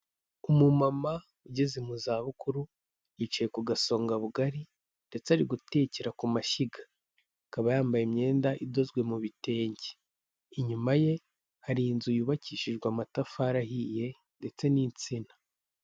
Umumama ugeze mu zabukuru, yicaye ku gasongabugari ndetse ari gutekera ku mashyiga, akaba yambaye imyenda idozwe mu bitenge, inyuma ye hari inzu yubakishijwe amatafari ahiye ndetse n'insina.